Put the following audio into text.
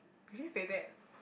did you say that